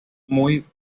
muy